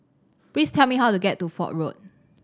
please tell me how to get to Fort Road